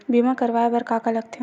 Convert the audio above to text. बीमा करवाय बर का का लगथे?